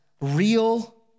real